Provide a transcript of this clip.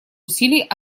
усилий